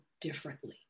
differently